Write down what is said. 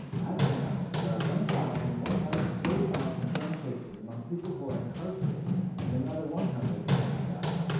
as of now, there are one thousand one hundred and thirty five confirmed cases among people who are incarcerated, and another one hundred among staff.